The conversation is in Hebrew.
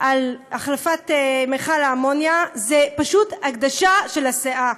על החלפת מכל האמוניה, זה פשוט הגדשה של הסאה.